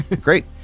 Great